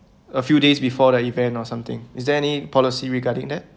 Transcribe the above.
a few days before the event or something is there any policy regarding that